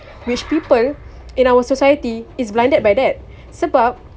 which people in our society is blinded by that sebab